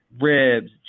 ribs